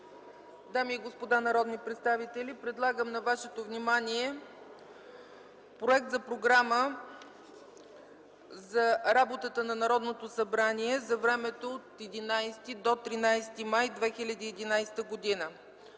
Дами и господа народни представители, предлагам на вашето внимание проект за Програма за работата на Народното събрание за времето от 11 до 13 май 2011 г.: 1.